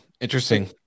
Interesting